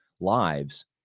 lives